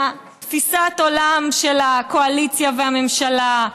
תפיסת העולם של הקואליציה והממשלה,